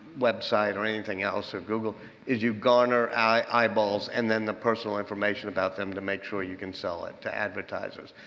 website or anything else or google is you garner eyeballs and then the personal information about them to make sure you can sell it to advertisers.